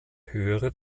höhere